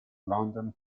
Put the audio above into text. london